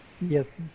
Yes